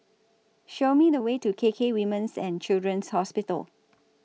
Show Me The Way to K K Women's and Children's Hospital